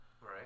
Right